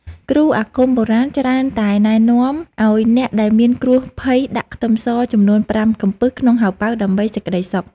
គ្រូអាគមបុរាណច្រើនតែណែនាំឱ្យអ្នកដែលមានគ្រោះភ័យដាក់ខ្ទឹមសចំនួនប្រាំកំពឺសក្នុងហោប៉ៅដើម្បីសេចក្តីសុខ។